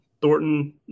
Thornton